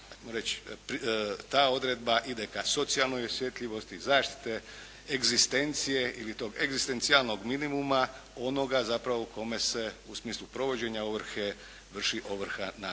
ta odredba ide ka socijalnoj osjetljivosti, zaštite egzistencije ili tog egzistencijalnog minimuma onoga zapravo o kojem se u smislu provođenja ovrhe vrši ovrha na